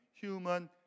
human